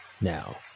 Now